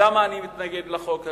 למה אני מתנגד לחוק הזה.